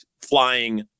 flying